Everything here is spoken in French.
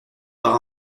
par